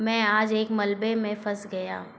मैं आज एक मलबे में फँस गया